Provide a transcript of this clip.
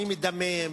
מי מדמם,